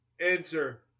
Answer